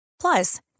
Plus